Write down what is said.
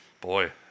boy